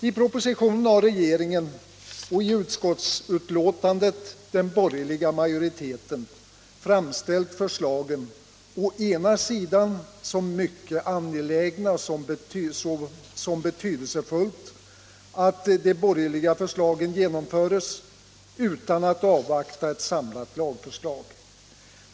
I propositionen har regeringen, och i utskottsutlåtandet den borgerliga majoriteten, framställt förslagen å ena sidan som mycket angelägna och som om det vore betydelsefullt att de borgerliga förslagen genomförs, utan att avvakta ett samlat lagförslag.